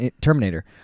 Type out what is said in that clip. Terminator